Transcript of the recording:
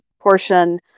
portion